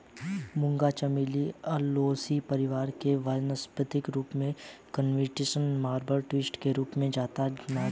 मूंगा चमेली ओलेसी परिवार से वानस्पतिक रूप से निक्टेन्थिस आर्बर ट्रिस्टिस के रूप में जाना जाता है